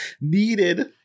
needed